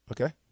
Okay